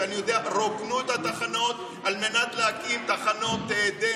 רוקנו את התחנות על מנת להקים תחנות דמה.